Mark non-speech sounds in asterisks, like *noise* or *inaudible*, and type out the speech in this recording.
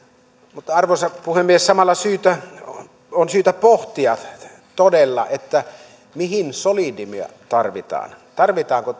mutta arvoisa puhemies samalla on syytä pohtia todella mihin solidiumia tarvitaan tarvitaanko *unintelligible*